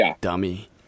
dummy